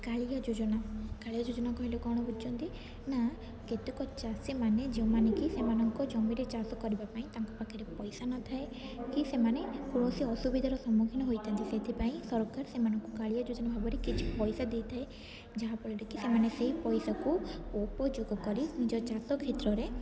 କାଳିଆ ଯୋଜନା କାଳିଆ ଯୋଜନା କହିଲେ କ'ଣ ବୁଝୁଛନ୍ତି ନା କେତେକ ଚାଷୀମାନେ ଯେଉଁମାନେ କି ସେମାନଙ୍କୁ ଜମିରେ ଚାଷ କରିବା ପାଇଁ ତାଙ୍କ ପାଖରେ ପଇସା ନଥାଏ କି ସେମାନେ କୌଣସି ଅସୁବିଧାର ସମ୍ମୁଖୀନ ହୋଇଥାନ୍ତି ସେଥିପାଇଁ ସରକାର ସେମାନଙ୍କୁ କାଳିଆ ଯୋଜନା ଭାବରେ କିଛି ପଇସା ଦେଇଥାଏ ଯାହାଫଳରେ କି ସେମାନେ ସେଇ ପଇସାକୁ ଉପଯୋଗ କରି ନିଜ ଚାଷ କ୍ଷେତ୍ରରେ